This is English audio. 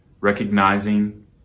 recognizing